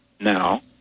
now